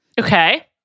Okay